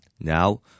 Now